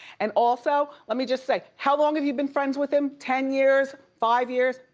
and also let me just say, how long have you been friends with him, ten years, five years?